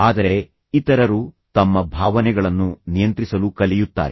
ಆದರೆ ಇತರರು ತಮ್ಮ ಭಾವನೆಗಳನ್ನು ನಿಯಂತ್ರಿಸಲು ಕಲಿಯುತ್ತಾರೆ